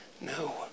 No